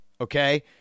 Okay